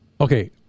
Okay